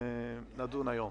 נתחיל בהצעות לסדר.